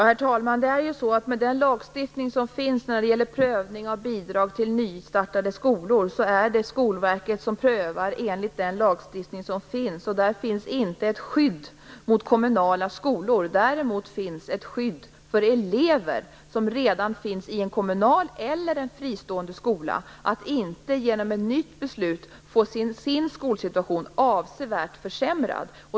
Herr talman! Med den lagstiftning som finns när det gäller prövning av bidrag till nystartade skolor, är det Skolverket som prövar. I denna lagstiftning finns det inget skydd för kommunala skolor. Däremot finns det ett skydd för elever som redan finns i en kommunal eller fristående skola så att de inte genom ett nytt beslut får sin skolsituation avsevärt försämrad.